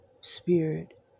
spirit